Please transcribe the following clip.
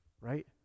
right